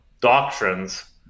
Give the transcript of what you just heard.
doctrines